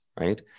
right